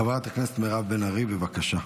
חברת הכנסת מירב בן ארי, בבקשה,